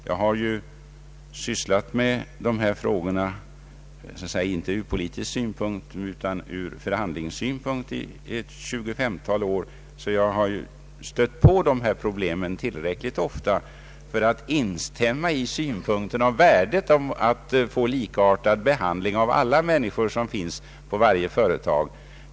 Jag har sysslat med dessa frågor inte ur så att säga politisk synpunkt utan ur förhandlingssynpunkt i cirka 25 år och har därför stött på dessa problem tillräckligt ofta för att instämma i synpunkten om värdet att få likartad behandling av alla människor som finns på varje företag.